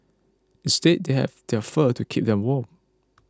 instead they have their fur to keep them warm